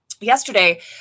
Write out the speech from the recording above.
yesterday